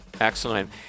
Excellent